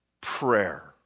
prayer